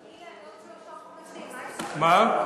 אילן, עוד שלושה חודשים, לא,